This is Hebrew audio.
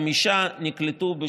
חמישה נקלטו,